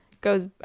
goes